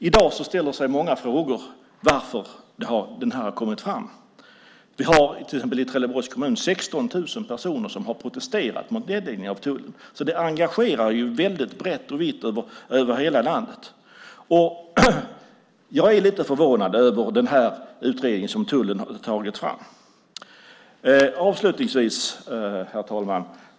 I dag ställer sig många frågan varför denna utredning har kommit fram. I till exempel Trelleborgs kommun har 16 000 personer protesterat mot nedläggningen av tullen. Detta engagerar alltså väldigt brett och vitt över hela landet. Jag är lite förvånad över den utredning som tullen har tagit fram.